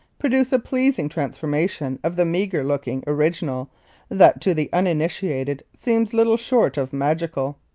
produce a pleasing transformation of the meagre-looking original that to the uninitiated seems little short of magical.